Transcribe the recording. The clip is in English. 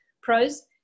pros